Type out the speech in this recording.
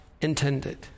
intended